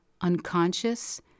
unconscious